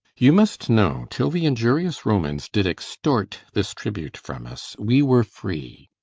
you must know, till the injurious romans did extort this tribute from us, we were free.